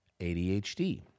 ADHD